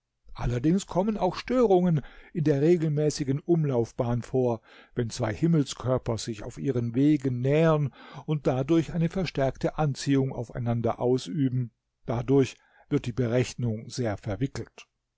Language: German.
allerdings kommen auch störungen in der regelmäßigen umlaufbahn vor wenn zwei himmelskörper sich auf ihren wegen nähern und dadurch eine verstärkte anziehung aufeinander ausüben dadurch wird die berechnung sehr verwickelt